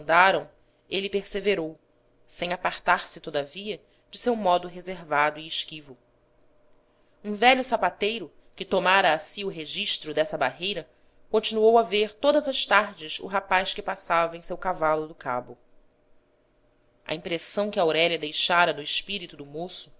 debandaram ele perseverou sem apartar-se todavia de seu modo reservado e esquivo um velho sapateiro que tomara a si o registro dessa barreira continuou a ver todas as tardes o rapaz que passava em seu cavalo do cabo a impressão que aurélia deixara no espírito do moço